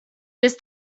this